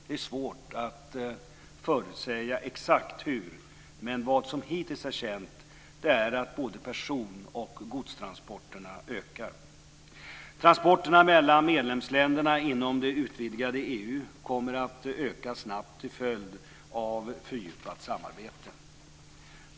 Det är svårt att förutsäga exakt hur, men vad som hittills är känt är att både person och godstransporterna ökar. Transporterna mellan medlemsländerna inom det utvidgade EU kommer att öka snabbt till följd av fördjupat samarbete.